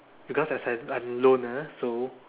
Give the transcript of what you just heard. because as I I'm loner so